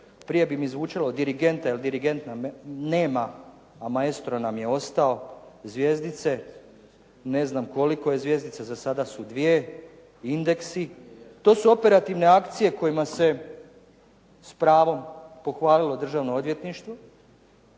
Prije bi mi zvučalo "Dirigenta" jer dirigenta nema, a "Maestro" nam je ostao. Zvjezdice, ne znam koliko je zvjezdica, za sada su dvije, "Indeksi", to su operativne akcije kojima se s pravom pohvalilo Državno odvjetništvo